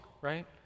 right